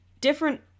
different